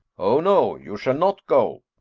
o, no, you shall not go.